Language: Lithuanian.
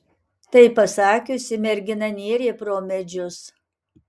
tai pasakiusi mergina nėrė pro medžius